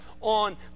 on